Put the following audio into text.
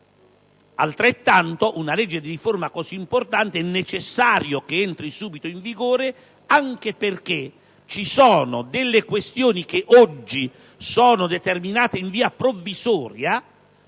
che una legge di riforma così importante entri subito in vigore anche perché ci sono questioni che oggi sono determinate in via provvisoria